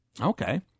Okay